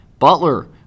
Butler